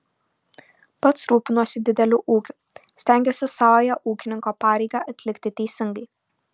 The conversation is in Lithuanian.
pats rūpinuosi dideliu ūkiu stengiuosi savąją ūkininko pareigą atlikti teisingai